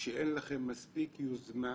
שאין לכם מספיק יוזמה,